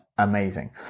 amazing